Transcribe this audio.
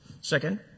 Second